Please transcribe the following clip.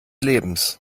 lebens